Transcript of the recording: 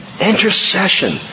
Intercession